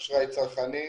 אשראי צרכני,